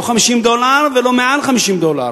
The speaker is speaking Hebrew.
לא 50 דולר ולא מעל 50 דולר.